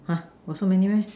!huh! got so many meh